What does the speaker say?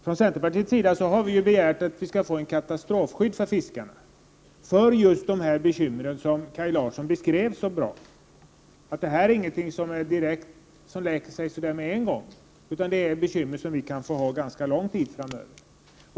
Från centerpartiets sida har vi begärt ett katastrofskydd för fiskarna, för att man skall komma till rätta med just de bekymmer som Kaj Larsson beskrev så bra. Det här är ingenting som läker med en gång, utan det är ett bekymmer som vi kan få ha under ganska lång tid framöver.